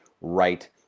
right